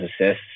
assists